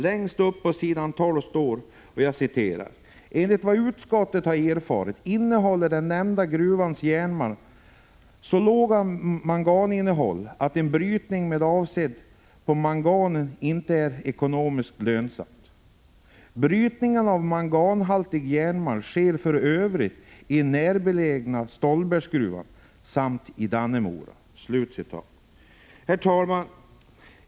Längst upp på s. 12 står följande: ”Enligt vad utskottet har erfarit innehåller den nämnda gruvan järnmalm med så lågt manganinnehåll att en brytning med avseende på mangan inte är ekonomiskt lönsam. Brytning av manganhaltig järnmalm sker för övrigt i den närbelägna Stolbergsgruvan samt i Dannemora.” Herr talman!